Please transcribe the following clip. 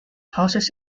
houses